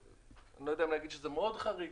ואני לא יודע אם להגיד שזה מאוד חריג,